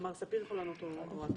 אולי מר ספיר יכול לענות או אתה.